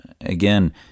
Again